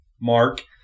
mark